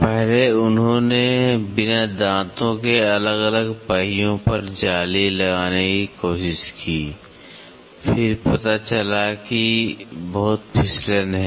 पहले उन्होंने बिना दांतों के अलग अलग पहियों पर जाली लगाने की कोशिश की फिर पता चला कि बहुत फिसलन है